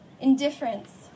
indifference